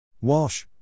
Walsh